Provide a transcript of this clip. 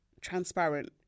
transparent